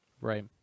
Right